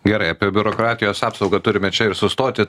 gerai apie biurokratijos apsaugą turime čia ir sustoti